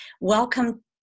Welcome